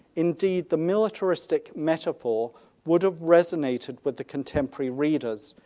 indeed the militaristic metaphor would have resonated with the contemporary readers.